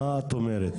מה את אומרת?